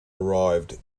arrived